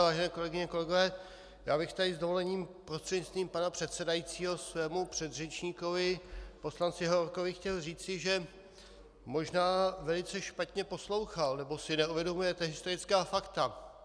Vážené kolegyně, kolegové, já bych tady s dovolením prostřednictvím pana předsedajícího svému předřečníkovi poslanci Hovorkovi chtěl říci, že možná velice špatně poslouchal, nebo si neuvědomujete historická fakta.